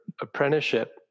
apprenticeship